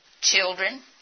Children